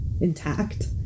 intact